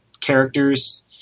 characters